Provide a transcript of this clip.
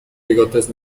bigotes